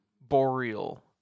boreal